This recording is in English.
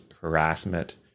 harassment